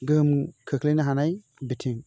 गोहोम खोख्लैनो हानाय बिथिं